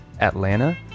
atlanta